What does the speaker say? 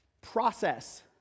process